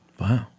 Wow